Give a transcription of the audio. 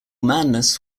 madness